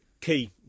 Key